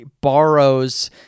borrows